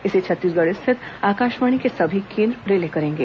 इसे छत्तीसगढ स्थित आकाशवाणी के सभी केंद्र रिले करेंगे